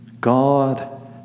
God